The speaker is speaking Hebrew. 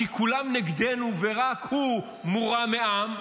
כי כולנו נגדנו ורק הוא מורם מעם.